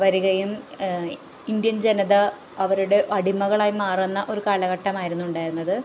വരികയും ഇന്ത്യൻ ജനത അവരുടെ അടിമകളായി മാറുന്ന ഒരു കാലഘട്ടമായിരുന്നുണ്ടായിരുന്നത്